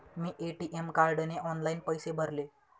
मी ATM कार्डने online पैसे भरले